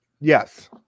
Yes